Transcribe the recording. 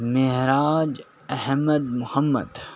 معراج Ahmed محمد